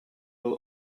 will